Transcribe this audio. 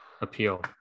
appeal